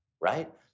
right